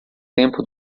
tempo